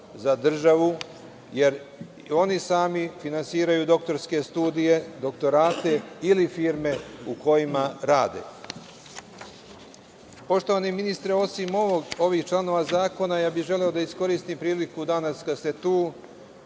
za državu, jer oni sami finansiraju doktorske studije, doktorate ili firme u kojima rade. Poštovani ministre, osim ovih članova zakona, ja bih želeo da iskoristim priliku danas kada ste tu